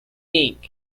inc